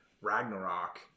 Ragnarok